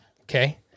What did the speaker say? Okay